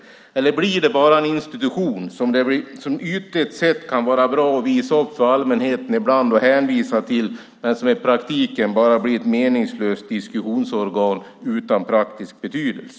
Eller blir det bara en institution som ytligt sett kan vara bra att visa upp för allmänheten ibland och hänvisa till men som i praktiken bara blir ett meningslöst diskussionsorgan utan praktisk betydelse?